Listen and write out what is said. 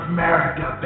America